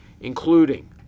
including